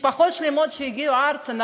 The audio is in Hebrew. משפחות שלמות שהגיעו ארצה.